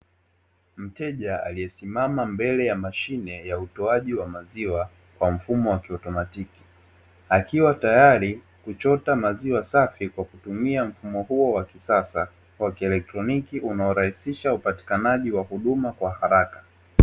Mteja aliyesimama mbele ya mashine ya utoaji wa maziwa kwa mfumo wa kiautomatiki, akiwa tayari kuchota maziwa safi kwa kutumia mfumo huo wa kisasa wa kielektroniki unaorahisisha upatikanaji wa huduma kwa haraka.